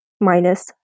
minus